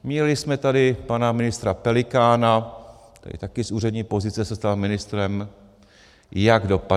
Měli jsme tady pana ministra Pelikána, ten se taky z úřední pozice stal ministrem, jak dopadl.